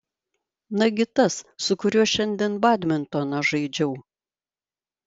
nagi tas su kuriuo šiandien badmintoną žaidžiau